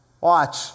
watch